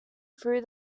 threw